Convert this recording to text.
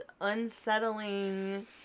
unsettling